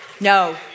No